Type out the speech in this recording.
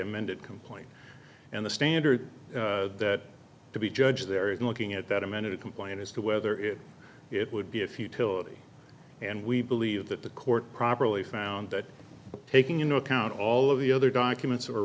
amended complaint and the standard that to be judge there in looking at that amended complaint as to whether it it would be a futility and we believe that the court properly found that taking you know account all of the other documents